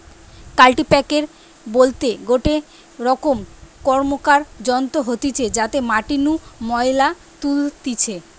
কাল্টিপ্যাকের বলতে গটে রকম র্কমকার যন্ত্র হতিছে যাতে মাটি নু ময়লা তুলতিছে